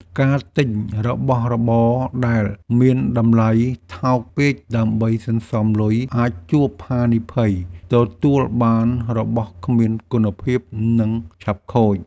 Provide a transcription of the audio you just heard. ការទិញរបស់របរដែលមានតម្លៃថោកពេកដើម្បីសន្សំលុយអាចជួបហានិភ័យទទួលបានរបស់គ្មានគុណភាពនិងឆាប់ខូច។